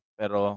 pero